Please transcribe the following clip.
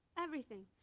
everything.